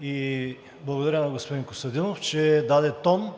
и благодаря на господин Костадинов, че даде тон